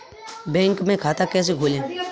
Bank में खाता कैसे खोलें?